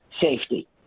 safety